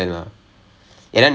ah அந்த மா:antha maa